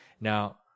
Now